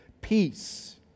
peace